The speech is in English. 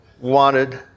wanted